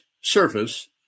surface